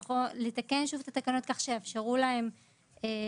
לתקן שוב את התקנות כך שיאפשרו להם לגבות